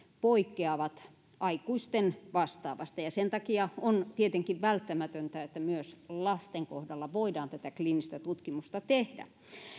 poikkeavat aikuisten vastaavasta sen takia on tietenkin välttämätöntä että myös lasten kohdalla voidaan tätä kliinistä tutkimusta tehdä